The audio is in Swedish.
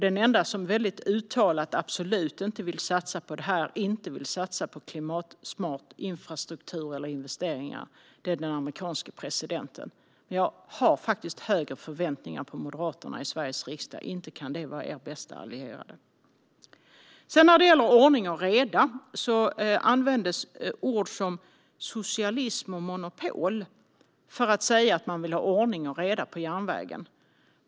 Den enda som uttalat absolut inte vill satsa på klimatsmart infrastruktur eller investeringar är den amerikanske presidenten. Men jag har faktiskt högre förväntningar på Moderaterna i Sveriges riksdag, för inte kan det vara er bästa allierade? När det sedan gäller ordning och reda används ord som socialism och monopol för att säga att man vill ha ordning och reda på järnvägen.